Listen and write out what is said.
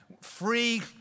free